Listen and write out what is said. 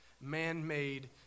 man-made